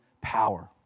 power